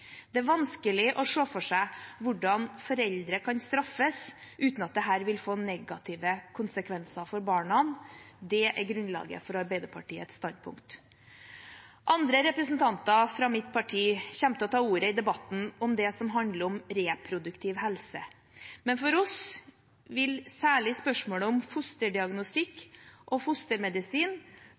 Det er vanskelig å se for seg hvordan foreldre kan straffes uten at dette vil få negative konsekvenser for barna. Det er grunnlaget for Arbeiderpartiets standpunkt. Andre representanter fra mitt parti kommer til å ta ordet i debatten om det som handler om reproduktiv helse. Men for oss vil særlig spørsmålet om fosterdiagnostikk og fostermedisin